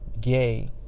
gay